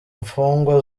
imfungwa